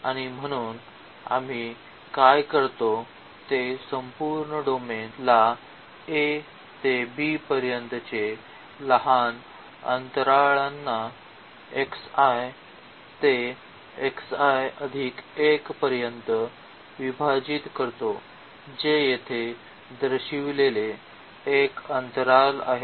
आणि म्हणून आम्ही काय करतो ते संपूर्ण डोमेन ला a ते b पर्यंतचे लहान अंतराळांना ते पर्यंत विभाजित करतो जे येथे दर्शविलेले एक अंतराल आहे